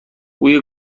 بوی